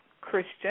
Christian